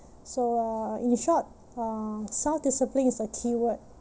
so uh in short uh self-discipline is the keyword